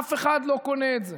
אף אחד לא קונה את זה.